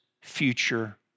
future